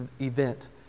event